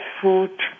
food